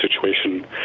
situation